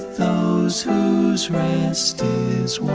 those whose rest is